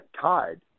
tied